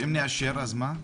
ואם נאשר, אז מה?